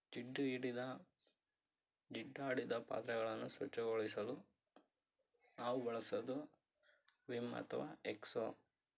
ಜಿಡ್ಡು ಹಿಡಿದ ಜಿಡ್ಡಾಡಿದ ಪಾತ್ರೆಗಳನ್ನು ಸ್ವಚ್ಛಗೊಳಿಸಲು ನಾವು ಬಳಸೋದು ವಿಮ್ ಅಥವಾ ಎಕ್ಸೋ